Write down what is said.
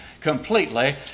Completely